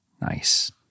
Nice